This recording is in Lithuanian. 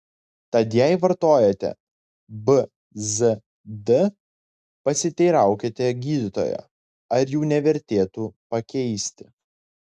tad jei vartojate bzd pasiteiraukite gydytojo ar jų nevertėtų pakeisti